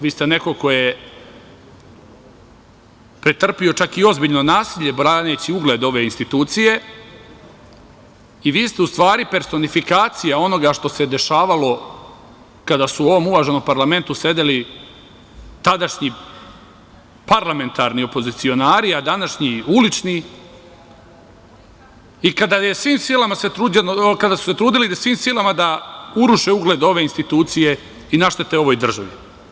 Vi ste neko ko je pretrpeo čak i ozbiljno nasilje braneći ugled ove institucije i vi ste u stvari personifikacija onoga što se dešavalo kada su u ovom uvaženom parlamentu sedeli tadašnji parlamentarni opozicionari, a današnji ulični i kada su se svim silama trudili da uruše ugled ove institucije i naštete ove države.